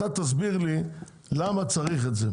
אתה תסביר לי למה צריך את זה,